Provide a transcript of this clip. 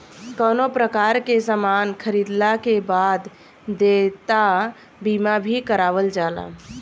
कवनो प्रकार के सामान खरीदला के बाद देयता बीमा भी करावल जाला